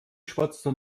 schwatzte